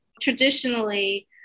Traditionally